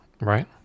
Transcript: Right